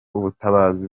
ubutabazi